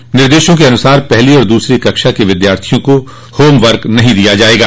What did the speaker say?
इन निर्देशों के अनुसार पहली और दूसरी कक्षा के विद्यार्थियों को होमवर्क नहीं दिया जाएगा